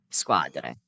squadre